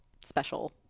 special